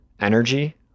energy